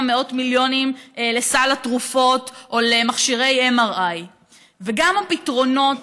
מאות מיליונים לסל התרופות או למכשירי MRI. וגם הפתרונות